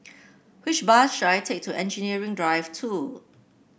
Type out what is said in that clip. which bus should I take to Engineering Drive Two